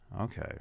Okay